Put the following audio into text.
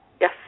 Yes